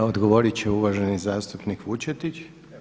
Evo odgovorit će uvaženi zastupnik Vučetić.